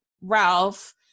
Ralph